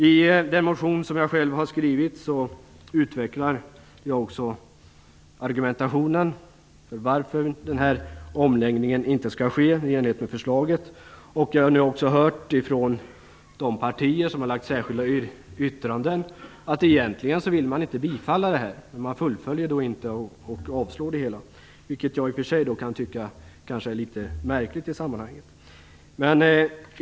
I den motion jag själv har skrivit utvecklar jag också argumentationen beträffande varför omläggningen inte skall ske i enlighet med förslaget. Vi har nu också hört från de partier som har gjort särskilda yttranden att man egentligen inte vill bifalla förslaget, men man fullföljer inte med att avslå det. Det tycker jag i och för sig är litet märkligt i sammanhanget.